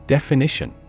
Definition